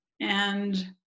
and-